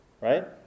Right